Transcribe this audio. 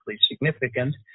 significant